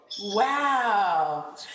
Wow